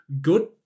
Good